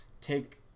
take